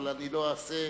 אבל אני לא אעשה,